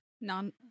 None